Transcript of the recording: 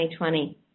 2020